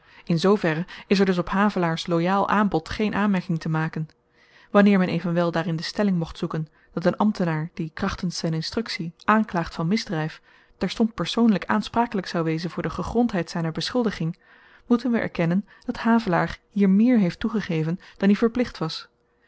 in zoo verre is er dus op havelaars loyaal aanbod geen aanmerking te maken wanneer men evenwel daarin de stelling mocht zoeken dat n ambtenaar die krachtens z'n instruktie aanklaagt van misdryf terstond persoonlyk aansprakelyk zou wezen voor de gegrondheid zyner beschuldiging moeten we erkennen dat havelaar hier meer heeft toegegeven dan i verplicht was